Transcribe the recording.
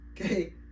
Okay